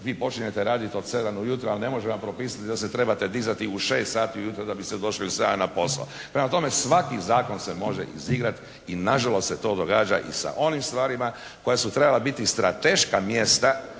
vi počinjete raditi od 7 ujutro, ali ne može vam propisati da se trebate dizati u 6 sati ujutro, da biste došli u 7 na posao. Prema tome, svaki zakon se može izigrati i nažalost, se to događa i sa onim stvarima koja su trebala biti strateška mjesta